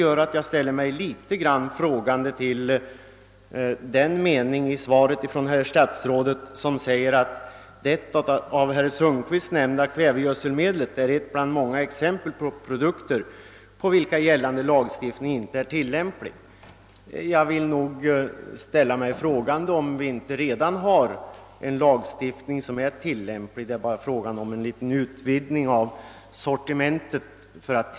Jag ställer mig därför litet frågande till den mening i statsrådets svar som lyder: »Det av herr Sundkvist nämnda kvävegödselmedlet är ett bland många exempel på produkter på vilka gällande lagstiftning inte är tillämplig.« Har vi inte redan en lagstiftning som är tilllämplig, och gäller det här inte bara en utvidgning av sortimentet?